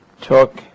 took